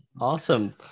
awesome